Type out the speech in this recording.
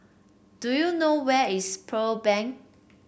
do you know where is Pearl Bank